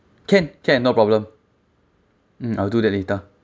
can can no problem mm I'll do that later